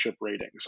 ratings